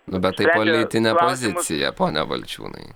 nu bet tai politinė pozicija pone valčiūnai